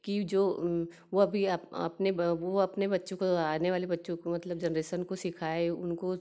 कि जो वह भी आप अपने वो अपने बच्चों को आने वाले बच्चों को मतलब जेनरेशन को सीखाए उनको